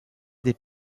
des